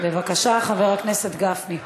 בבקשה, חבר הכנסת גפני.